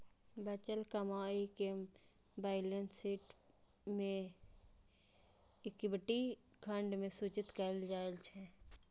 बचल कमाइ कें बैलेंस शीट मे इक्विटी खंड मे सूचित कैल जाइ छै